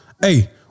Hey